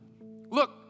Look